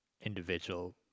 individual